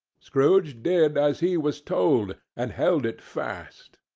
scrooge did as he was told, and held it fast.